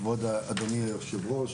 אדוני היושב-ראש,